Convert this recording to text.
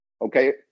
Okay